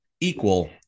equal